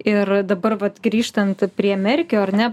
ir dabar vat grįžtant prie merkio ar ne